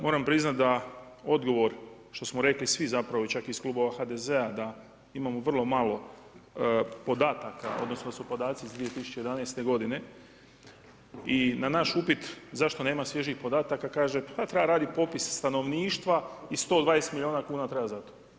Moram priznati da odgovor što smo rekli svi zapravo čak i iz kluba HDZ-a da imamo vrlo malo podataka odnosno da su podaci iz 2011. godine i na naš upit zašto nema svježih podataka kaže pa treba raditi popis stanovništva i 120 milijuna kuna trena za to.